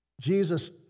Jesus